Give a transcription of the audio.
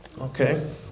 Okay